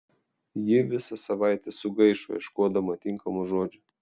ji visą savaitę sugaišo ieškodama tinkamų žodžių